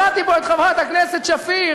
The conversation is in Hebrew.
שמעתי פה את חברת הכנסת שפיר